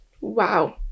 Wow